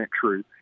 true